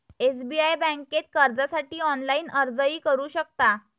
SBI बँकेत कर्जासाठी online अर्जही करू शकता